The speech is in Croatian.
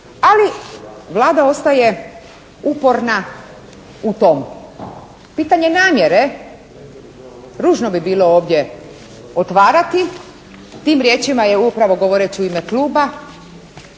ali Vlada ostaje uporna u tom. Pitanje namjere ružno bi bilo ovdje otvarati, tim riječima je upravo govoreći u ime kluba